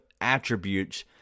attributes